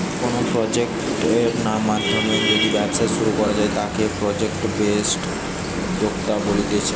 কোনো প্রজেক্ট নাধ্যমে যদি ব্যবসা শুরু করা হয় তাকে প্রজেক্ট বেসড উদ্যোক্তা বলতিছে